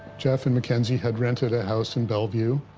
jeff and mackenzie had rented a house in bellevue.